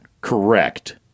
Correct